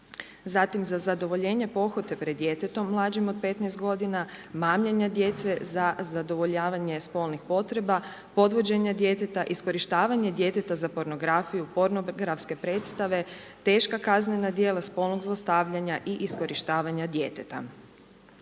Zatim za zadovoljenje pohote pred djetetom mlađim od 15 godina, mamljenja djece za zadovoljavanje spolnih potreba, podvođenje djeteta, iskorištavanje djeteta za pornografiju, pornografske predstave, teška kaznena djela spolnog zlostavljanja i iskorištavanja djeteta.